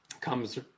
comes